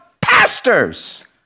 pastors